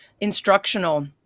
instructional